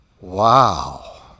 wow